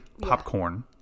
popcorn